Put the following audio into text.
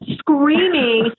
screaming